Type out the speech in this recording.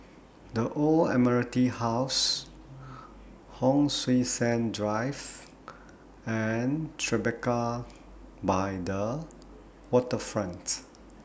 The Old Admiralty House Hon Sui Sen Drive and Tribeca By The Waterfronts